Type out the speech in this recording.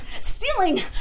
stealing